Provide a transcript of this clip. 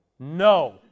No